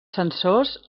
censors